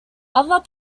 other